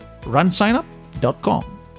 runsignup.com